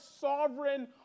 sovereign